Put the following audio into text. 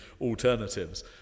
alternatives